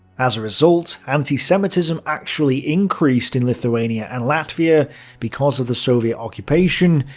as a result, anti-semitism actually increased in lithuania and latvia because of the soviet occupation,